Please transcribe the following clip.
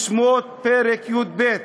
בשמות פרק י"ב.